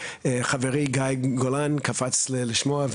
חברי גיא גולן קפץ לשמוע,